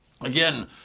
Again